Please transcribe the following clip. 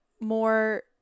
more